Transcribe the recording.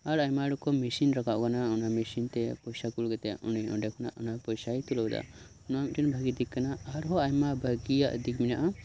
ᱟᱨ ᱟᱭᱢᱟ ᱨᱚᱠᱚᱢ ᱢᱮᱥᱤᱱ ᱨᱟᱠᱟᱵ ᱟᱠᱟᱱᱟ ᱚᱱᱟ ᱢᱮᱥᱤᱱ ᱛᱮ ᱯᱚᱭᱥᱟ ᱠᱳᱞ ᱠᱟᱛᱮᱫ ᱩᱱᱤ ᱚᱸᱰᱮ ᱠᱷᱚᱱᱟᱜ ᱚᱱᱟ ᱯᱚᱭᱥᱟᱭ ᱛᱩᱞᱟᱹᱣ ᱮᱫᱟ ᱱᱚᱶᱟ ᱢᱤᱫ ᱴᱮᱱ ᱵᱷᱟᱜᱮ ᱫᱤᱠ ᱠᱟᱱᱟ ᱟᱨ ᱦᱚᱸ ᱟᱭᱢᱟ ᱵᱷᱟᱜᱮᱭᱟᱜ ᱫᱤᱠ ᱢᱮᱱᱟᱜᱼᱟ